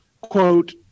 quote